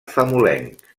famolenc